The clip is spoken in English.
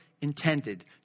intended